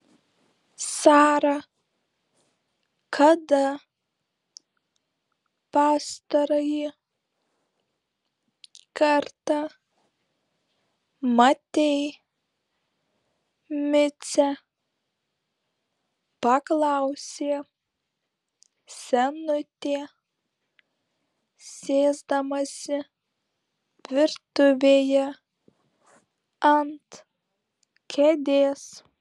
sara kada pastarąjį kartą matei micę paklausė senutė sėsdamasi virtuvėje ant kėdės